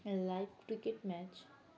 live cricket match